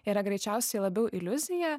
yra greičiausiai labiau iliuzija